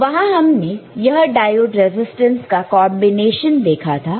तो वहां हमने यह डायोड रेजिस्टेंसका कॉन्बिनेशन देखा था